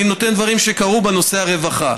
אני נותן דברים שקרו בנושא הרווחה.